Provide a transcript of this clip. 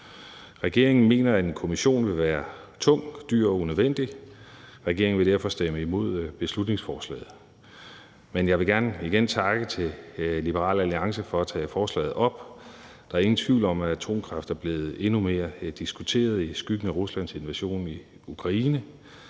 Regeringen mener, at en kommission vil være tung, dyr og unødvendig. Regeringen vil derfor stemme imod beslutningsforslaget, men jeg vil gerne igen takke Liberal Alliance for at tage forslaget op. Der er ingen tvivl om, at atomkraft er blevet endnu mere diskuteret i skyggen af Ruslands invasion af Ukraine,